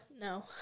No